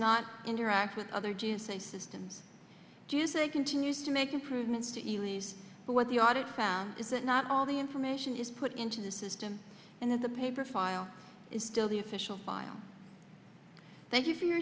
not interact with other g s a systems do you say continues to make improvements but what the audit found is that not all the information is put into the system and that the paper file is still the official file thank you for your